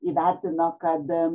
įvertino kad